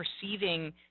perceiving